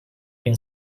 been